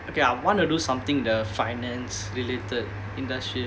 okay I want to do something in the finance related industry